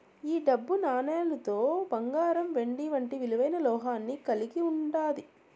ఈ డబ్బు నాణేలులో బంగారం వెండి వంటి విలువైన లోహాన్ని కలిగి ఉంటాది